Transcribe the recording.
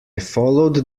followed